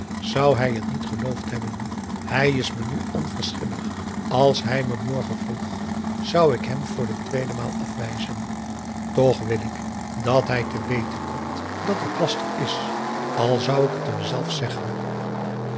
zou hij het niet geloofd hebben hij is me nu onverschillig als hij me morgen vroeg zou ik hem voor de tweede maal afwijzen toch wil ik dat hij te weten komt dat het laster is al zou ik t hem zelf zeggen